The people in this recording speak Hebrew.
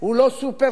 הוא לא "סופר-טנקר"